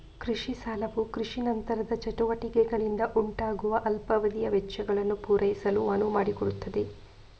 ಕೃಷಿ ಸಾಲವು ಕೃಷಿ ನಂತರದ ಚಟುವಟಿಕೆಗಳಿಂದ ಉಂಟಾಗುವ ಅಲ್ಪಾವಧಿಯ ವೆಚ್ಚಗಳನ್ನು ಪೂರೈಸಲು ಅನುವು ಮಾಡಿಕೊಡುತ್ತದೆ